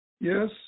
Yes